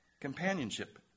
companionship